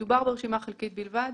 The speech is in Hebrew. מדובר ברשימה חלקית בלבד.